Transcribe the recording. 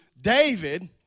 David